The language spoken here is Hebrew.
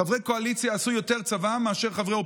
חברי קואליציה עשו צבא יותר מאשר חברי אופוזיציה.